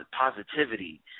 positivity